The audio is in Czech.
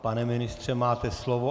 Pane ministře, máte slovo.